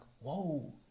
whoa